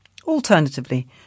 Alternatively